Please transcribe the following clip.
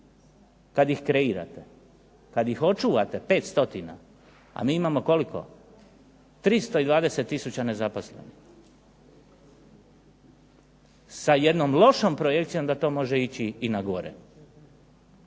Kad ih kreirate, kad ih očuvate 5 stotina, a mi imamo koliko? 320 tisuća nezaposlenih, sa jednom lošom projekcijom da to može ići i na gore.